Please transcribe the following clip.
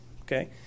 okay